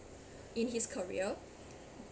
in his career